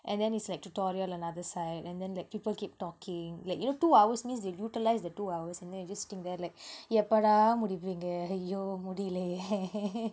and then it's like tutorial another side and then like people keep talking like you know two hours mean they utilize the two hours and then you're just sitting there like எப்படா முடிப்பீங்க அய்யோ முடியலயே:eppadaa muduppeenga ayyo mudiyalayae